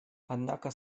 однако